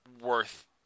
worth